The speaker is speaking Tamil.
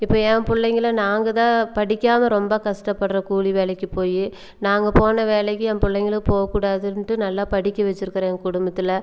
இப்போ என் பிள்ளைங்கள நாங்கள் தான் படிக்காமல் ரொம்ப கஷ்டப்படுறோம் கூலி வேலைக்கு போய் நாங்கள் போன வேலைக்கு என் பிள்ளைங்களும் போகக்கூடாதுன்ட்டு நல்லா படிக்க வெச்சுருக்குறேன் என் குடும்பத்தில்